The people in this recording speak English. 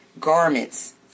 garments